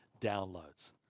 downloads